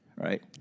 right